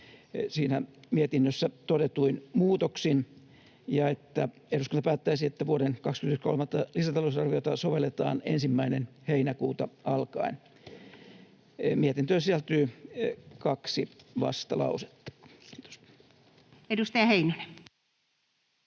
mietinnössä todetuin muutoksin ja että eduskunta päättäisi, että vuoden 21 kolmatta lisätalousarviota sovelletaan 1. heinäkuuta alkaen. Mietintöön sisältyy kaksi vastalausetta. — Kiitos. Edustaja Heinonen.